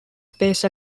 space